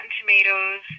Tomatoes